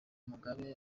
mugabe